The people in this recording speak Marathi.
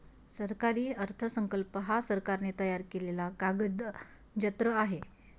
सरकारी अर्थसंकल्प हा सरकारने तयार केलेला कागदजत्र आहे